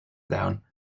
down